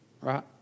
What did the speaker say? right